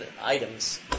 items